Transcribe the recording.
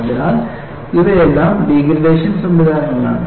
അതിനാൽ ഇവയെല്ലാം ഡിഗ്രഡേഷൻ സംവിധാനങ്ങളാണ്